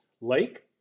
Lake